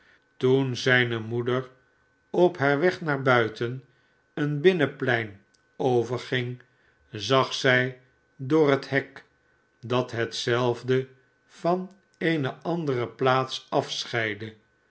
toen zijne moeder op haar weg naar buiten een binnenplein t verging zag zij door het hek dat hetzelve van eene andereplaats afscheidde